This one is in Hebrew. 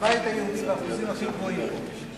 להעביר את הצעת חוק ניירות ערך (תיקון מס' 40)